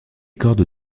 cornes